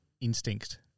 instinct